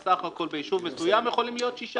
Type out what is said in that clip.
אז בסך הכול ביישוב מסוים יכולים להיות רק שישה.